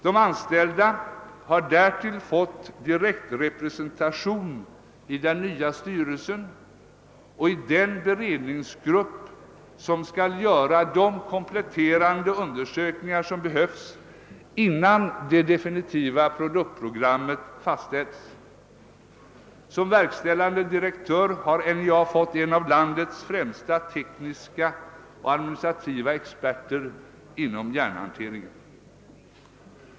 De anställda har därtill fått direktrepresentation i den nya styrelsen och i den beredningsgrupp som skall göra de kompletterande undersökningar som behövs innan det definitiva produktprogrammet fastställes. Som verkställande direktör har NJA fått en av landets främsta tekniska och administrativa experter inom järnhanteringen.